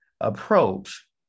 approach